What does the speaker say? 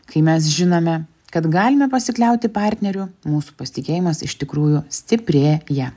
kai mes žinome kad galime pasikliauti partneriu mūsų pasitikėjimas iš tikrųjų stiprėja